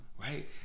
right